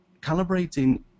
calibrating